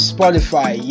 Spotify